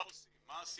מה עושים, מה הסיבות